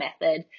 method